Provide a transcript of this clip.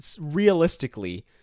realistically